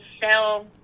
sell